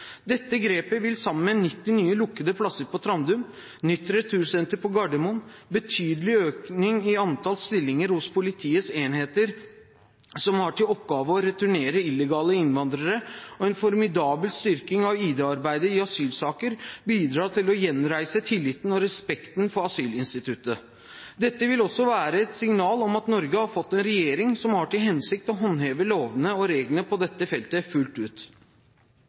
Dette grepet vil – sammen med 90 nye lukkede plasser på Trandum, nytt retursenter på Gardermoen, betydelig økning i antall stillinger hos politiets enheter som har til oppgave å returnere illegale innvandrere, og en formidabel styrking av ID-arbeidet i asylsaker – bidra til å gjenreise tilliten til og respekten for asylinstituttet. Dette vil også være et signal om at Norge har fått en regjering som har til hensikt å håndheve lovene og reglene på dette feltet fullt ut.